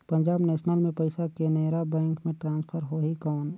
Punjab National ले पइसा Canara Bank मे ट्रांसफर होहि कौन?